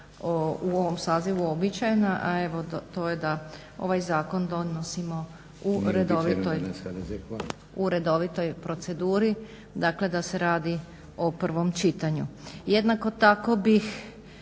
u ovom sazivu uobičajena, a evo to je da ovaj zakon donosimo u redovitoj proceduri, dakle da se radi o prvom čitanju. Jednako tako bih